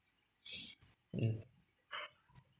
mm